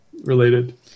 Related